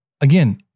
Again